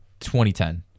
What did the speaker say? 2010